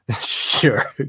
Sure